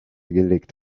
gelegt